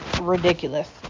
ridiculous